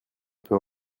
peu